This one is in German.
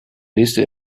liste